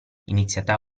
iniziata